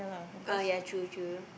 oh ya true true